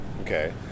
okay